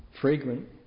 fragrant